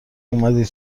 اومدی